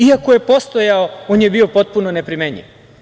I ako je postojao, on je bio potpuno neprimenljiv.